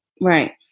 right